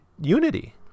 unity